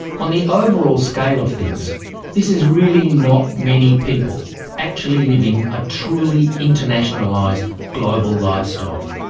on the overall scale of things this is really not many people actually living a truly internationalized global lifestyle.